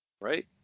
right